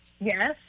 Yes